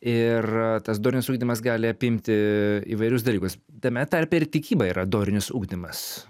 ir tas dorinis ugdymas gali apimti įvairius dalykus tame tarpe ir tikyba yra dorinis ugdymas